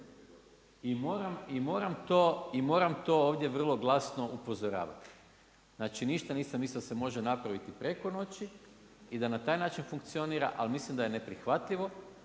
I moram to ovdje vrlo glasno upozoravati. Znači ništa nisam mislio da se može napraviti preko noći i da na taj način funkcionira, ali mislim da je neprihvatljivo